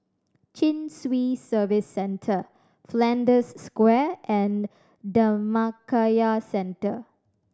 Chin Swee Service Centre Flanders Square and Dhammakaya Centre